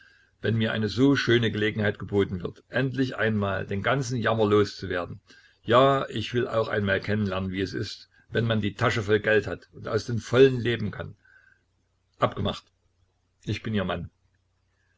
wenn mir eine so schöne gelegenheit geboten wird endlich einmal den ganzen jammer loszuwerden ja ich will auch einmal kennen lernen wie es ist wenn man die tasche voll geld hat und aus dem vollen leben kann abgemacht ich bin ihr mann